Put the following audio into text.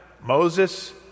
Moses